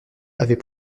avait